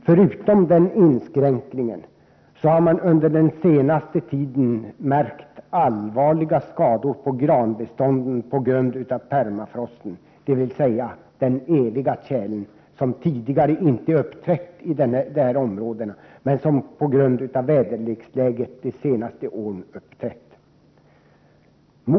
Förutom skadorna på contortatallen har man under den senaste tiden också märkt allvarliga skador på granbeståndet som orsakats av permafrosten, dvs. den eviga tjälen, vilken tidigare inte har funnits i dessa områden men som på grund av de senaste årens väderlek har börjat uppträda där.